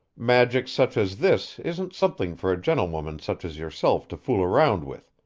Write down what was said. magic such as this isn't something for a gentlewoman such as yourself to fool around with,